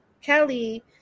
Kelly